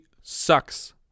sucks